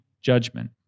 judgment